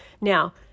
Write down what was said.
Now